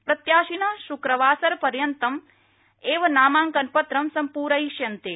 प्रत्याशिन श्क्रवासरपर्यन्तम् एव नामांकनपत्र सम्पूरयिष्यन्ते